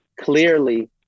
clearly